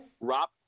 Rob